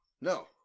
No